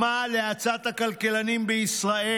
שמע לעצת הכלכלנים בישראל.